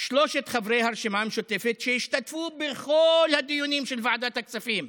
שלושת חברי הרשימה המשותפת שהשתתפו בכל הדיונים של ועדת הכספים,